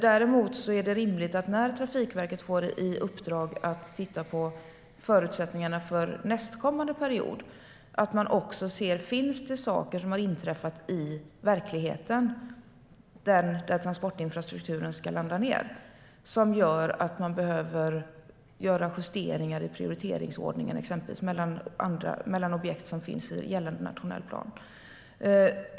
Däremot är det rimligt att Trafikverket när det får i uppdrag att titta på förutsättningarna för nästkommande period också ser på: Finns det saker som har inträffat i verkligheten där transportinfrastrukturen ska landa ned som gör att man exempelvis behöver göra justeringar i prioriteringsordningen mellan objekt som finns i gällande nationell plan?